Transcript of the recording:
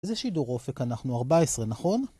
זה שידור אופק, אנחנו 14, נכון?